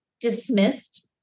dismissed